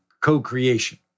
co-creation